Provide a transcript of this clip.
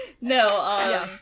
No